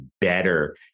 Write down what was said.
better